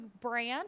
brand